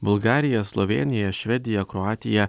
bulgarija slovėnija švedija kroatija